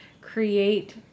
create